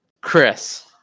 Chris